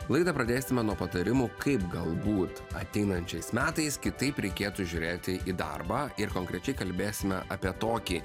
laidą pradėsime nuo patarimų kaip galbūt ateinančiais metais kitaip reikėtų žiūrėti į darbą ir konkrečiai kalbėsime apie tokį